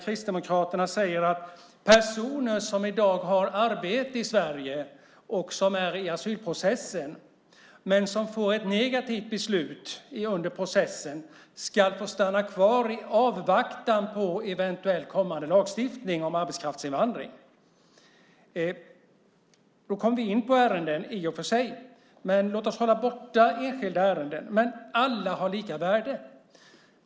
Kristdemokraterna säger att personer som i dag har arbete i Sverige och befinner sig i asylprocessen, men får ett negativt beslut under processen, ska få stanna kvar i avvaktan på eventuell kommande lagstiftning om arbetskraftsinvandring. Därmed kommer vi i och för sig in på ärenden, men låt oss ändå hålla oss från enskilda ärenden. Alla har lika värde.